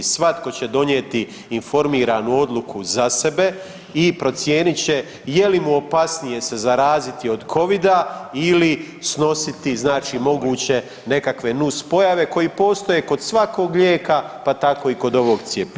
Svatko će donijeti informiranu odluku za sebe i procijenit će je li mu opasnije se zaraziti od covida ili snositi znači moguće nekakve nus pojave koji postoje kod svakog lijeka, pa tako i kod ovog cjepiva.